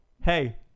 hey